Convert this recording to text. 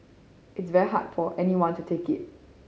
it's very hard for anyone to take it